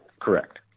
Correct